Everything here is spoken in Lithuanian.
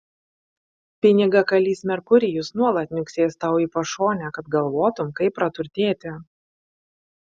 pinigakalys merkurijus nuolat niuksės tau į pašonę kad galvotum kaip praturtėti